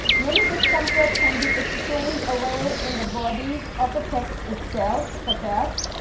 many discomforts can be explained away in the body of the text itself, such as,